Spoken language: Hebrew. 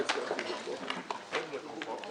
הישיבה ננעלה בשעה 11:00.